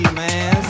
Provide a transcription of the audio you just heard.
man